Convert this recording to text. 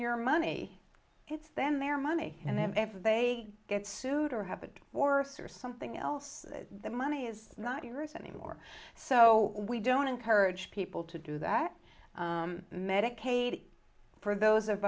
your money it's then their money and then if they get sued or haven't worked or something else the money is not yours anymore so we don't encourage people to do that medicaid for those of